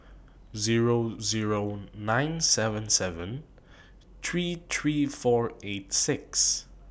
Zero Zero nine seven seven three three four eight six